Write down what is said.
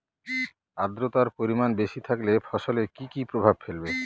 আদ্রর্তার পরিমান বেশি থাকলে ফসলে কি কি প্রভাব ফেলবে?